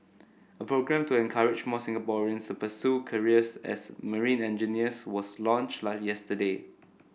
a programme to encourage more Singaporeans to pursue careers as marine engineers was launched yesterday